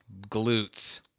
glutes